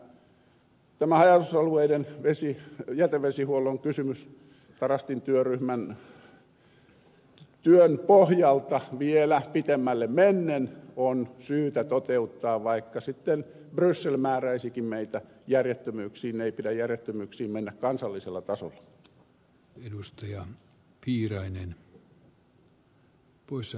erityisesti tämä haja asutusalueiden jätevesihuollon kysymys tarastin työryhmän työn pohjalta vielä pitemmälle mennen on syytä toteuttaa vaikka sitten bryssel määräisikin meitä järjettömyyksiin niin ei pidä järjettömyyksiin mennä kansallisella tasolla